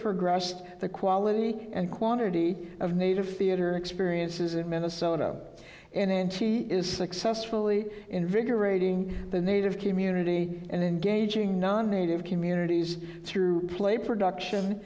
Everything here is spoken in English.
progressed the quality and quantity of native theater experiences in minnesota and she is successfully invigorating the native community and engaging non native communities through play production